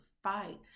fight